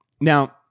Now